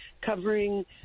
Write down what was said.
covering –